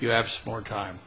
you have more time